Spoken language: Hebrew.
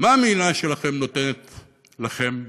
מה המדינה שלכם נותנת לכם בחזרה,